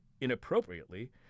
inappropriately